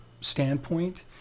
standpoint